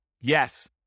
Yes